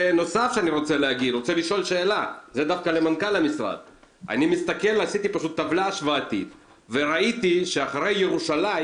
שאלה למנכ"ל המשרד: יצרתי טבלה השוואתית וראיתי שאחרי ירושלים,